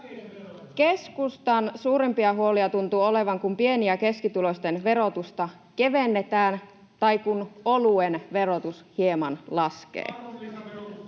Keskustan suurimpia huolia tuntuu olevan, että pieni- ja keskituloisten verotusta kevennetään tai oluen verotus hieman laskee.